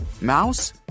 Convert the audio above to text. mouse